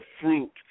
fruit